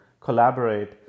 collaborate